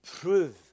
prove